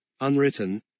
unwritten